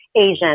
Asian